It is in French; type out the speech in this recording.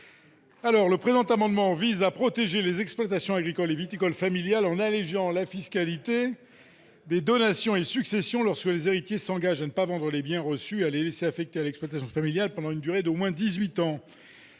fin ! Cet amendement vise à protéger les exploitations agricoles et viticoles familiales, en allégeant la fiscalité des donations et successions, lorsque les héritiers s'engagent à ne pas vendre les biens reçus et à les laisser affectés à l'exploitation familiale pendant une durée d'au moins